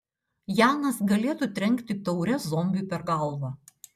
janas galėtų trenkti taure zombiui per galvą